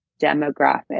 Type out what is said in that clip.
demographic